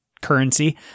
Currency